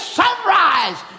sunrise